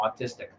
autistic